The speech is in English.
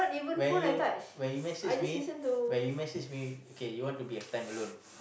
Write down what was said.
when you when you message me when you message me okay you want to be a time alone